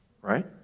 right